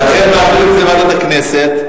לכן מעבירים את זה לוועדת הכנסת.